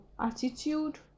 attitude